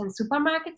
supermarkets